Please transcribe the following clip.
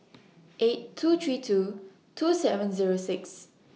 eight two three two two seven Zero six